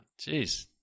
Jeez